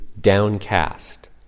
downcast